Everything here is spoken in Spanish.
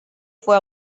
fue